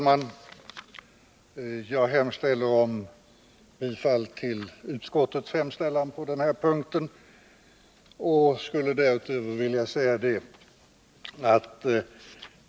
Herr talman! Jag yrkar bifall till utskottets hemställan på den här punkten och skulle därutöver vilja säga följande.